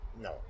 No